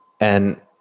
and-